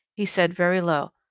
he said, very low,